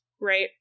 right